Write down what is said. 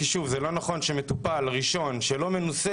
כי לא נכון שמטופל ראשון שלא מנוסה,